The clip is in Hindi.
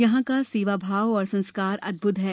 यहाँ का सेवा भाव और संस्कार अद्भुत हैं